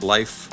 Life